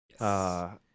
Yes